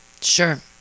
Sure